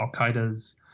Al-Qaeda's